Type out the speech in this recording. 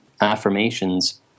affirmations